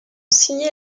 signer